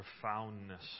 profoundness